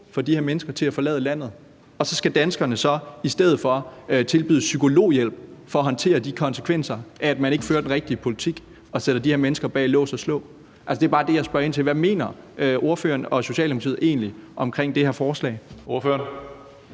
for de her mennesker til at forlade landet, og så skal danskerne så i stedet for tilbydes psykologhjælp for at håndtere konsekvenserne af, at man ikke fører den rigtige politik og sætter de her mennesker bag lås og slå. Altså, det er bare det, jeg spørger ind til. Hvad mener ordføreren og Socialdemokratiet egentlig om det her forslag? Kl.